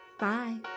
Bye